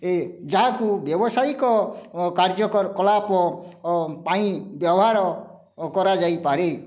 ଏ ଯାହାକୁ ବ୍ୟବସାୟିକ କାର୍ଯ୍ୟକଳାପ ପାଇଁ ବ୍ୟବହାର କରାଯାଇପାରେ